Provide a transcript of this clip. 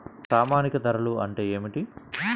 ప్రామాణిక ధరలు అంటే ఏమిటీ?